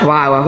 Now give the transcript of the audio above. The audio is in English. Wow